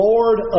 Lord